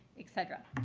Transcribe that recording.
et cetera.